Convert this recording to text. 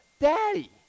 Daddy